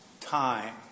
time